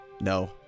No